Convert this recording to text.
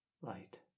Light